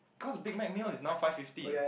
cause Big Mac meal is now five fifty